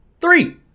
three